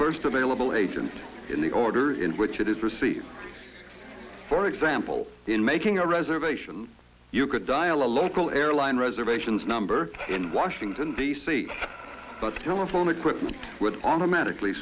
first available agent in the order in which it is received for example in making a reservation you could dial a local airline reservations number in washington d c but telephone equipment would automatically